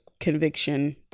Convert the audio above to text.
conviction